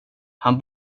han